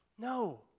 No